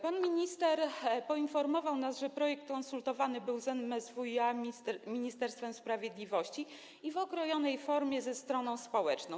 Pan minister poinformował nas, że projekt konsultowany był z MSWiA, Ministerstwem Sprawiedliwości i w okrojonej formie ze stroną społeczną.